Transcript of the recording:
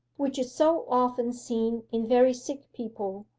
which is so often seen in very sick people,